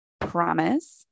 promise